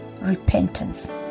repentance